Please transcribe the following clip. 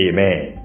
Amen